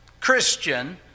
Christian